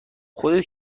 خودت